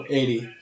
eighty